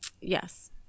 Yes